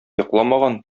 йокламаган